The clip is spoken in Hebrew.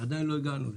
עדיין לא הגענו לשם.